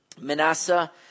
Manasseh